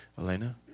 Elena